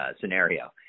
scenario